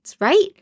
right